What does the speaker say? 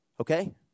Okay